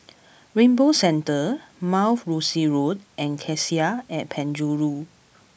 Rainbow Centre Mount Rosie Road and Cassia at Penjuru